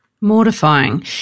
Mortifying